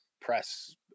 press